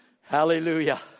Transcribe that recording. Hallelujah